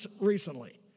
recently